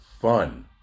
fun